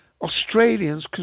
Australians